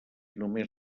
només